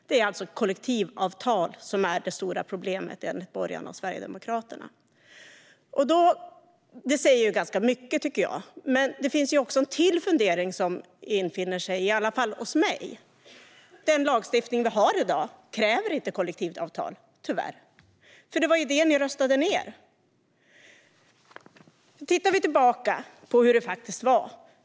Det är alltså kollektivavtal som är det stora problemet, enligt borgarna och Sverigedemokraterna. Det säger ganska mycket, tycker jag. Men en till fundering infinner sig, i alla fall hos mig: Den lagstiftning vi har i dag kräver inte kollektivavtal - tyvärr. Det var ju det ni röstade ned. Nu tittar vi tillbaka på hur det faktiskt var.